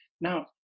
Now